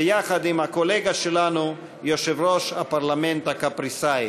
ביחד עם הקולגה שלנו, יושב-ראש הפרלמנט הקפריסאי.